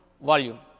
volume